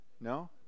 no